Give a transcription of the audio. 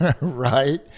right